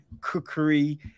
cookery